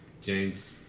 James